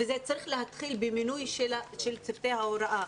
וזה צריך להתחיל במינוי של צוותי ההוראה,